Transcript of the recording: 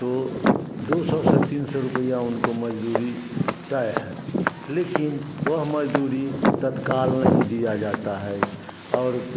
तो दो सौ से तीन सौ रुपये उनको मज़दूरी तय है लेकिन वह मज़दूरी तत्काल नहीं दिया जाता है और